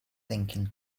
thinking